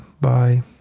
Bye